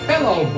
Hello